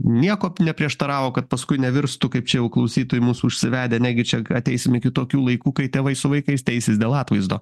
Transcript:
nieko neprieštaravo kad paskui nevirstų kaip čia jau klausytojai mūsų užsivedę negi čia ateisim iki tokių laikų kai tėvai su vaikais teisis dėl atvaizdo